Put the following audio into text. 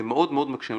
זה מאוד מקשה.